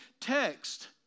text